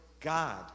God